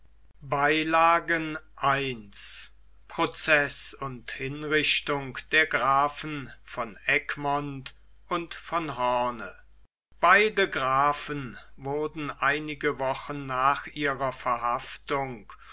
i proceß und hinrichtung der grafen von egmont und von hoorn beide grafen wurden einige wochen nach ihrer verhaftung